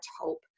hope